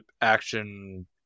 action